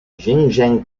xinjiang